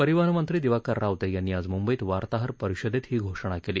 परिवहन मंत्री दिवाकर रावते यांनी आज मुंबईत वार्ताहर परिषदेत ही घोषणा केली